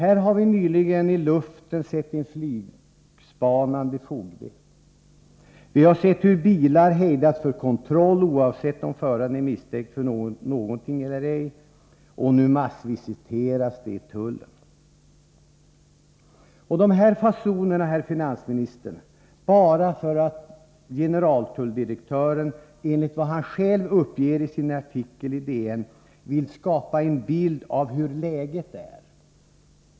Vi har nyligen sett en flygspanande fogde, vi har sett hur bilar hejdats för kontroll, oavsett om föraren är misstänkt för någonting eller ej, och nu massvisiteras det i tullen. Dessa fasoner tillåter man sig, herr finansminister, bara därför att generaltulldirektören, enligt vad han själv uppger i sin artikel i Dagens Nyheter, vill skapa en bild av hur läget är.